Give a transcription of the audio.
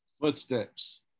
Footsteps